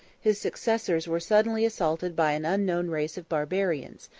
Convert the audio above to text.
his successors were suddenly assaulted by an unknown race of barbarians,